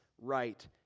right